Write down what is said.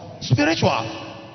Spiritual